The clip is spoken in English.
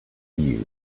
you